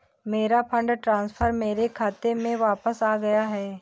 मेरा fund transfer मेरे खाते में वापस आ गया है